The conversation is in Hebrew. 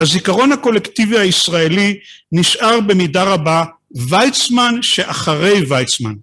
הזיכרון הקולקטיבי הישראלי נשאר במידה רבה ויצמן שאחרי ויצמן.